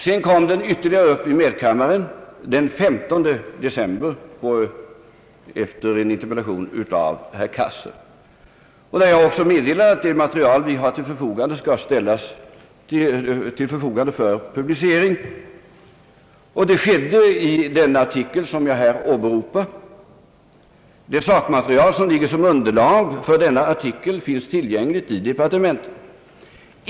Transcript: Frågan kom upp ytterligare en gång, i medkammaren den 15 december, efter en interpellation av herr Cassel. Jag meddelade då att det material vi har skall ställas till förfogande för publicering. Det skedde i den artikel jag här åberopat. Det sakmaterial som ligger som underlag för denna artikel och är av offentlig karaktär finns tillgängligt i departementet.